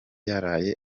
yaraye